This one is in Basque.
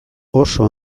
oso